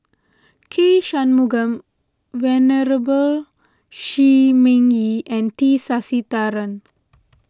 K Shanmugam Venerable Shi Ming Yi and T Sasitharan